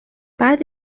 بعد